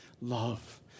love